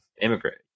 immigrant